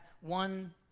one